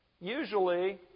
usually